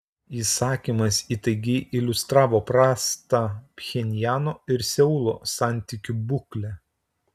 įsakymas įtaigiai iliustravo prastą pchenjano ir seulo santykių būklę